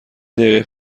دقیقه